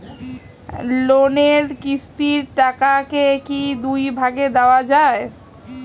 লোনের কিস্তির টাকাকে কি দুই ভাগে দেওয়া যায়?